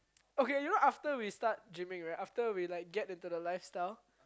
okay you know after we start gyming right after we like get into the lifestyle